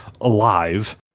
alive